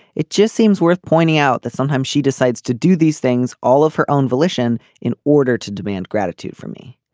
it just seems worth pointing out that sometimes she decides to do these things all of her own volition volition in order to demand gratitude from me.